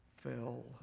fell